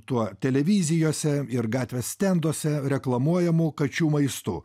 tuo televizijose ir gatvės stenduose reklamuojamu kačių maistu